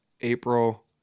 April